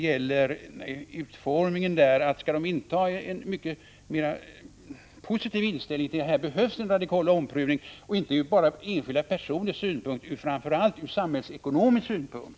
Skall den inta en mycket mer positiv ståndpunkt till att det här behövs en radikal omprövning, inte bara från enskilda personers synpunkt utan framför allt från samhällsekonomisk synpunkt?